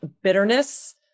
bitterness